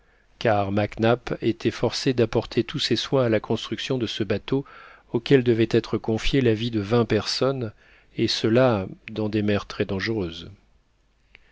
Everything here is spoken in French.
car mac nap était forcé d'apporter tous ses soins à la construction de ce bateau auquel devait être confiée la vie de vingt personnes et cela dans des mers très dangereuses